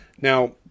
Now